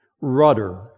rudder